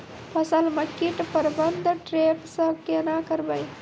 फसल म कीट प्रबंधन ट्रेप से केना करबै?